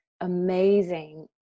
amazing